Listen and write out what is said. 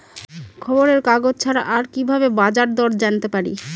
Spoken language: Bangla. খবরের কাগজ ছাড়া আর কি ভাবে বাজার দর জানতে পারি?